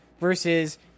versus